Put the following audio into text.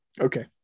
okay